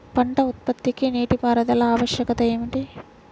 పంట ఉత్పత్తికి నీటిపారుదల ఆవశ్యకత ఏమిటీ?